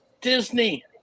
disney